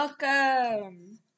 welcome